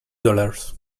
dollars